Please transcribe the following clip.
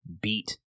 beat